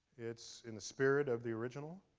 it's in the spirit of the original.